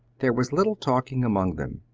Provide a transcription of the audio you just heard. there was little talking among them.